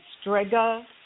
Strega